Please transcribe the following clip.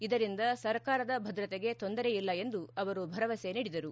ಇದರಿಂದ ಸರ್ಕಾರದ ಭದ್ರತೆಗೆ ತೊಂದರೆಯಿಲ್ಲ ಎಂದು ಅವರು ಭರವಸೆ ನೀಡಿದರು